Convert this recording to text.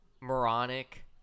moronic